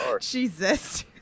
Jesus